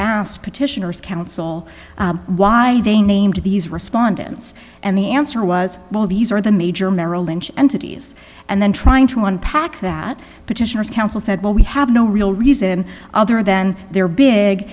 asked petitioners counsel why they named these respondents and the answer was well these are the major merrill lynch entities and then trying to unpack that petitioners counsel said well we have no real reason other than they're big